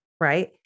right